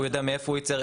הוא יודע מאיפה הוא ייצר,